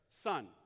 son